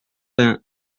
vingt